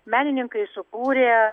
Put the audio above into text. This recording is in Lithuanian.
menininkai sukūrė